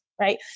right